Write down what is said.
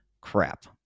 crap